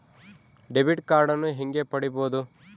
Debit ಕಾರ್ಡನ್ನು ಹೇಗೆ ಪಡಿಬೋದು?